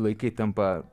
laikai tampa